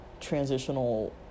transitional